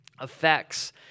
effects